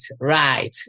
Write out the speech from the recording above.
right